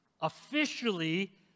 Officially